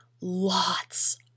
lots